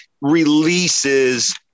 releases